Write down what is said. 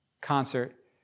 concert